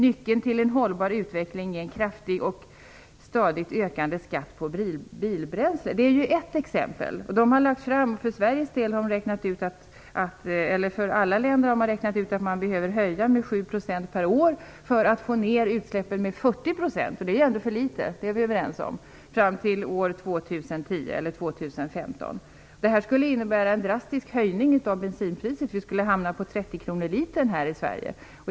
Nyckeln till en hållbar utveckling är en kraftig och stadigt ökande skatt på bilbränsle. Detta är ett exempel. Gruppen har räknat ut att det behöver ske en höjning av bensinpriset med 7 % per år för att få ned utsläppen med 40 % fram till år 2010 eller 2015. Men det är ändå för litet, och det är vi överens om. Det här skulle innebära en drastisk höjning av bensinpriset. I Sverige skulle det bli fråga om 30 kr litern.